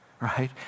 right